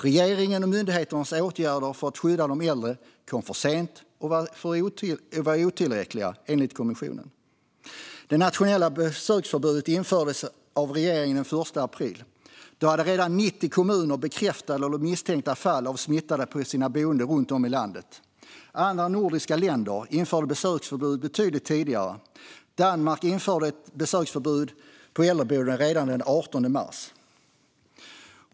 Regeringens och myndigheternas åtgärder för att skydda de äldre kom för sent och var otillräckliga, enligt kommissionen. Det nationella besöksförbudet infördes av regeringen den 1 april. Då hade redan 90 kommuner bekräftade eller misstänkta fall av smittade på sina boenden runt om i landet. Andra nordiska länder införde besöksförbud betydligt tidigare. Danmark införde besöksförbud på äldreboenden redan den 18 mars.